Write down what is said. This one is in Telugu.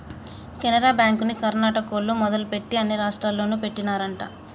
కెనరా బ్యాంకుని కర్ణాటకోల్లు మొదలుపెట్టి అన్ని రాష్టాల్లోనూ పెట్టినారంట